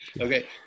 Okay